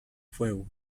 fuego